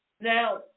Now